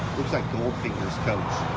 looks like goldfinger's coach.